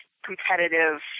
competitive